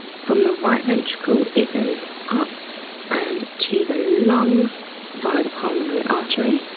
from the right ventricle, it goes up and to the lungs via the pulmonary artery.